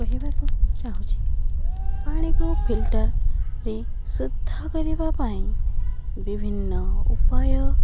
କହିବାକୁ ଚାହୁଁଛି ପାଣିକୁ ଫିଲ୍ଟରରେ ଶୁଦ୍ଧ କରିବା ପାଇଁ ବିଭିନ୍ନ ଉପାୟ